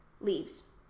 leaves